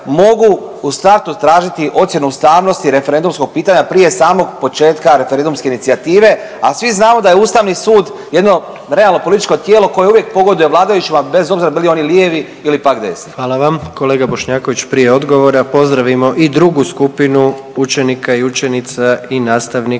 mogu u startu tražiti ocjenu ustavnosti referendumskog pitanja prije samog početka referendumske inicijative, a svi znamo da je Ustavni sud jedno realno političko tijelo koje uvijek pogoduje vladajućima, bez obzira bili oni lijevi ili pak desni. **Jandroković, Gordan (HDZ)** Hvala vam. Kolega Bošnjaković prije odgovora pozdravimo i drugu skupinu učenika i učenica i nastavnika